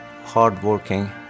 hard-working